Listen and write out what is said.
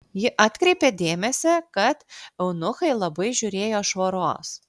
ji atkreipė dėmesį kad eunuchai labai žiūrėjo švaros